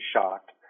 shocked